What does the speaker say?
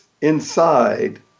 inside